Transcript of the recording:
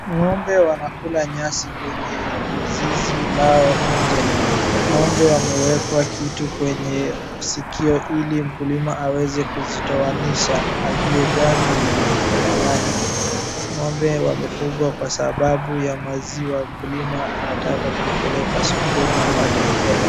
Ng'ombe wanakula nyasi kwenye zizi lao nje. Ng'ombe wamewekwa kitu kwenye sikio ili mkulima aweze kuzitowanyisha ajue gani ni ya nani. Ng'ombe wamefugwa kwa sababu ya maziwa, mkulima anataka kuipeleka sokoni apate hela.